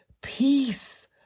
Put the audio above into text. peace